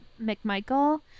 McMichael